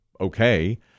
okay